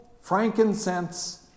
frankincense